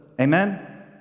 Amen